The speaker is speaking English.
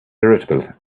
irritable